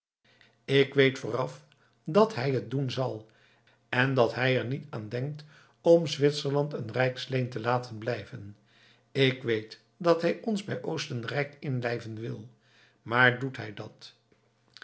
ik weet vooraf dat hij het doen zal en dat hij er niet aan denkt om zwitserland een rijksleen te laten blijven ik weet dat hij ons bij oostenrijk inlijven wil maar doet hij dat